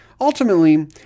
Ultimately